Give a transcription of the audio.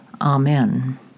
Amen